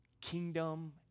kingdom